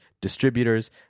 distributors